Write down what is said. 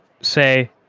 say